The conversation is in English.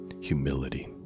humility